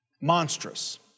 monstrous